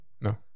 No